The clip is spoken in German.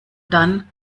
dann